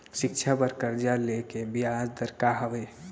शिक्षा बर कर्जा ले के बियाज दर का हवे?